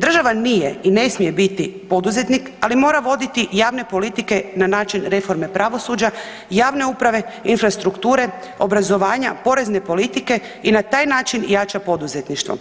Država nije i ne smije biti poduzetnik, ali mora voditi javne politike na način reforme pravosuđa, javne uprave, infrastrukture, obrazovanja, porezne politike i na taj način jača poduzetništvo